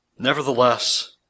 Nevertheless